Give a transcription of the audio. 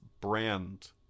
brand